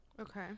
Okay